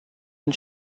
and